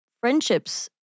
friendships